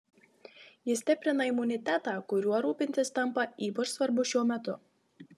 ji stiprina imunitetą kuriuo rūpintis tampa ypač svarbu šiuo metu